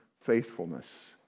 faithfulness